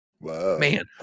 Man